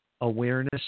awareness